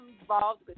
involved